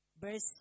verse